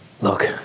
Look